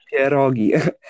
Pierogi